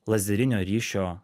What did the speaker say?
lazerinio ryšio